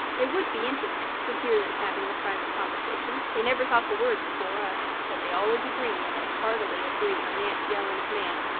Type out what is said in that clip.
it would be interesting to hear them having a private conversation. they never talk a word before us. but they always agree, and they heartily agree on nancy ellen's man,